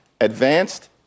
advanced